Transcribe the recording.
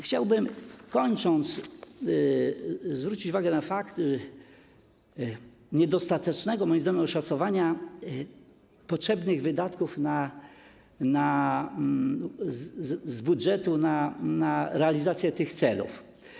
Chciałbym, kończąc, zwrócić uwagę na fakt niedostatecznego, moim zdaniem, oszacowania potrzebnych wydatków z budżetu na realizację tych celów.